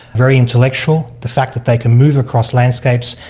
very intellectual. the fact that they can move across landscapes,